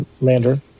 lander